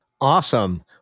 Awesome